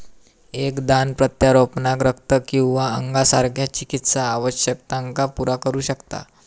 एक दान प्रत्यारोपणाक रक्त किंवा अंगासारख्या चिकित्सा आवश्यकतांका पुरा करू शकता